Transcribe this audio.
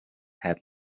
had